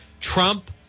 Trump